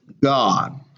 God